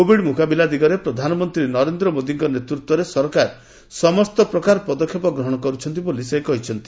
Covid ମ୍ରକାବିଲା ଦିଗରେ ପ୍ରଧାନମନ୍ତ୍ରୀ ନରେନ୍ଦ୍ର ମୋଦୀଙ୍କ ନେତୃତ୍ୱରେ ସରକାର ସମସ୍ତ ପ୍ରକାର ପଦକ୍ଷେପ ଗ୍ରହଣ କରୁଛନ୍ତି ବୋଲି ସେ କହିଛନ୍ତି